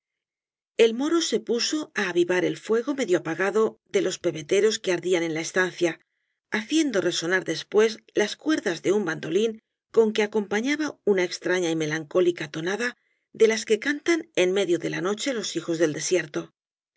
el moro se puso á avivar el fuego medio apagado de los pebeteros que ardían en la estancia haciendo resonar después las cuerdas de un bandolín con que acompañaba una extraña y melancólica tonada de las que cantan en medio de la noche los hijos del desierto